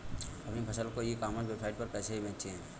अपनी फसल को ई कॉमर्स वेबसाइट पर कैसे बेचें?